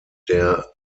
der